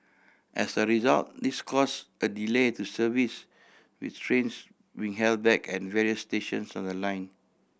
as a result this cause a delay to service with trains being held back at various stations on the line